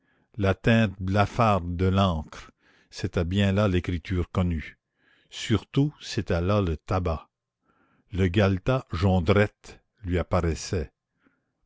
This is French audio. la teinte blafarde de l'encre c'était bien là l'écriture connue surtout c'était là le tabac le galetas jondrette lui apparaissait